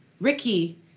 Ricky